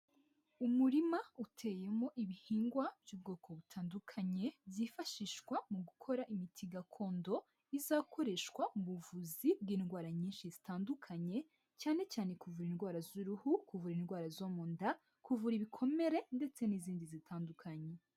Umurima uteyemo ibihingwa by'ubwoko butandukanye, byifashishwa mu gukora imiti gakondo, izakoreshwa mu buvuzi bw'indwara nyinshi zitandukanye, cyane cyane kuvura indwara z'uruhu, kuvura indwara zo mu nda, kuvura ibikomere, ndetse n'izindi zitandukanye.